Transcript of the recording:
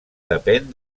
depèn